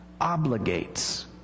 obligates